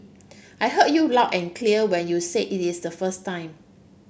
I heard you loud and clear when you said it is the first time